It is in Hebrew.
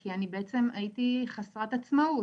כי אני הייתי בעצם חסרת עצמאות.